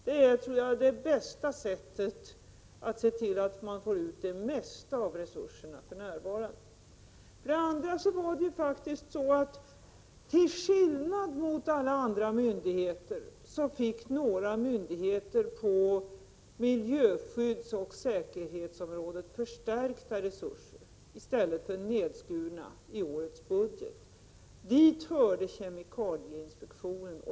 Det tror jag är det bästa sättet att se till att man får ut det mesta av resurserna för närvarande. Till skillnad mot alla andra myndigheter fick faktiskt några myndigheter på miljöskyddsoch säkerhetsområdet förstärkta resurser i stället för nedskurna resurserna i årets budget. Dit hörde kemikalieinspektionen.